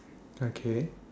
okay